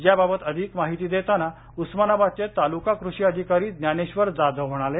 याबाबत अधिक माहिती देताना उस्मानाबादचे तालुका कृषी अधिकारी ज्ञानेश्वर जाधव म्हणाले